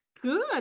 Good